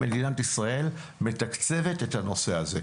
מדינת ישראל מתקצבת את הנושא הזה.